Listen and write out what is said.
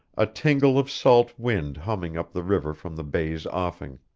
a tingle of salt wind humming up the river from the bay's offing.